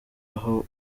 aho